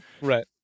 Right